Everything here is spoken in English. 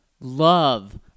love